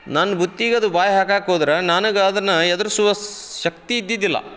ನನ್ನ ಬುತ್ತಿಗದು ಬಾಯಿ ಹಾಕಕ್ಕೋದ್ರ ನನಗೆ ಅದನ್ನ ಹೆದ್ರಿಸುವ ಸ್ ಶಕ್ತಿ ಇದ್ದಿದ್ದಿಲ್ಲ